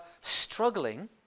struggling